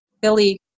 Billy